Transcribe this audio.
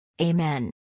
Amen